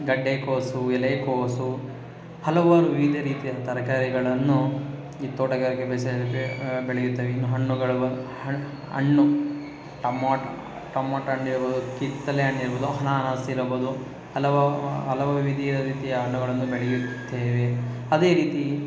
ಗಡ್ಡೆಕೋಸು ಎಲೆಕೋಸು ಹಲವಾರು ವಿವಿಧ ರೀತಿಯ ತರಕಾರಿಗಳನ್ನು ಈ ತೋಟಗಾರಿಕೆ ಬೇಸಾಯದಲ್ಲಿ ಬೆಳೆಯುತ್ತೆವೆ ಇನ್ನು ಹಣ್ಣುಗಳು ಹಣ್ ಹಣ್ಣು ಟಮೋಟ ಟಮೋಟಣ್ಣು ಇರ್ಬೋದು ಕಿತ್ತಲೆ ಹಣ್ ಇರ್ಬೋದು ಅನಾನಾಸ್ ಇರಬೋದು ಹಲವು ಹಲವು ವಿಧಿಯ ರೀತಿಯ ಹಣ್ಣುಗಳನ್ನು ಬೆಳೆಯುತ್ತೇವೆ ಅದೇ ರೀತಿ